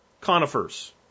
conifers